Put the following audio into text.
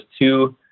two